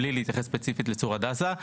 בלי להתייחס ספציפית לצור הדסה.